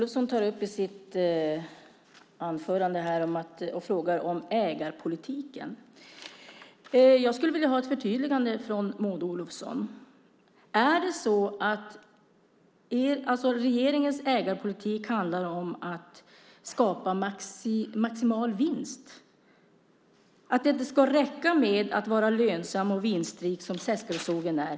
Fru talman! I sitt anförande frågar Maud Olofsson om ägarpolitiken. Jag skulle vilja ha ett förtydligande från Maud Olofsson. Handlar regeringens ägarpolitik om att skapa maximal vinst? Ska det inte räcka med att vara lönsam och vinstrik, som Seskarösågen är?